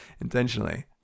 intentionally